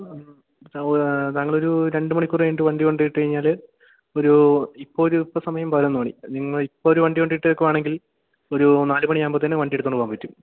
ഞങ്ങളൊരു രണ്ടു മണിക്കൂര് കഴിഞ്ഞിട്ടു വണ്ടി കൊണ്ടുവന്നിട്ടുകഴിഞ്ഞാല് ഒരു ഇപ്പോള് ഒരു ഇപ്പോള് സമയം പതിനൊന്ന് മണി നിങ്ങള് ഇപ്പോള് ഒരു വണ്ടി കൊണ്ടിട്ടേക്കുകയാണെങ്കിൽ ഒരു നാലുമണിയാകുമ്പോഴത്തേനു വണ്ടി കൊണ്ടുപോകാൻ പറ്റും